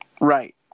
Right